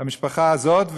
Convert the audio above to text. המשפחה הזאת,